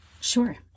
Sure